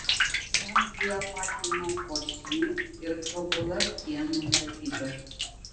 ramzį apakino puošni ir tobula sienų tapyba